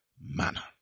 manner